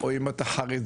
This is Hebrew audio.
או אם אתה חרדי,